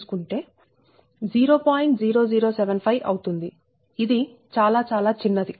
0075 అవుతుంది ఇది చాలా చాలా చిన్నది